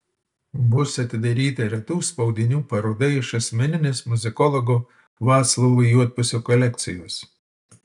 bus atidaryta retų spaudinių paroda iš asmeninės muzikologo vaclovo juodpusio kolekcijos